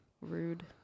Rude